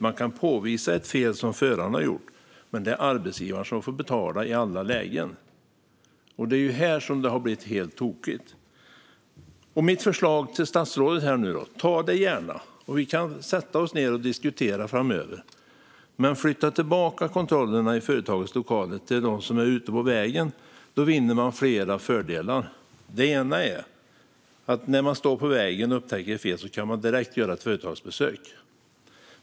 Man kan påvisa ett fel som föraren har gjort, men det är arbetsgivaren som får betala i alla lägen. Det är här som det har blivit helt tokigt. Mitt förslag till statsrådet - ta gärna emot det, och så kan vi sätta oss ned och diskutera framöver - är att flytta tillbaka kontrollerna i företagens lokaler till dem som är ute på vägen. Då vinner man flera fördelar. En är att när man står på vägen och upptäcker ett fel kan man direkt göra ett företagsbesök.